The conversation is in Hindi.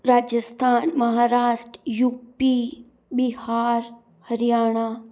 Rajasthan Maharashtra U P Bihar Haryana